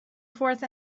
forth